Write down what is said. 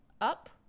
up